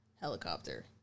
helicopter